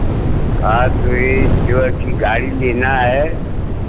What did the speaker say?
आज जो है जो है कि गाड़ी लेना है